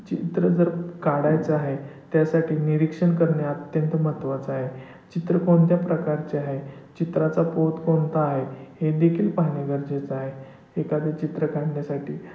चित्र जर काढायचं आहे त्यासाठी निरीक्षण करणे अत्यंत महत्त्वाचं आहे चित्र कोणत्या प्रकारचे आहे चित्राचा पोत कोणता आहे हे देखील पाहणे गरजेचं आहे एखादं चित्र काढण्यासाठी